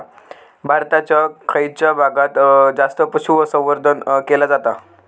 भारताच्या खयच्या भागात जास्त पशुसंवर्धन केला जाता?